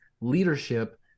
leadership